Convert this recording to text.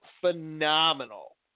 phenomenal